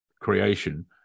creation